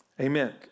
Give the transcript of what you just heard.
Amen